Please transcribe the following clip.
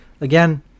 again